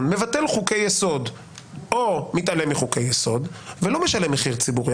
מבטל חוקי יסוד או מתעלם מחוקי יסוד ולא משלם מחיר ציבורי.